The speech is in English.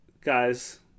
guys